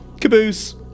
Caboose